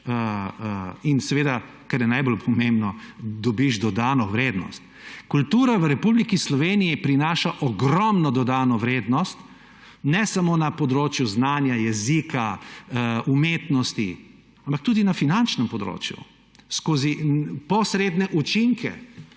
in, kar je najbolj pomembno, dobiš dodano vrednost. Kultura v Republiki Sloveniji prinaša ogromno dodano vrednost ne samo na področju znanja jezika, umetnosti, ampak tudi na finančnem področju skozi posredne učinke.